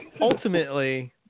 Ultimately